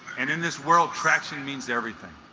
and in this world traction means everything